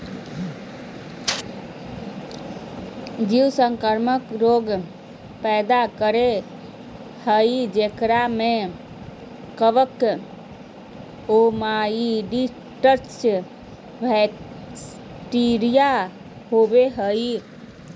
जीव संक्रामक रोग पैदा करो हइ जेकरा में कवक, ओमाइसीट्स, बैक्टीरिया रहो हइ